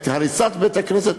את הריסת בית-הכנסת,